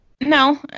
No